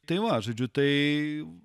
tai va žodžiu tai